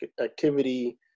activity